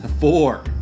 Four